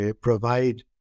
provide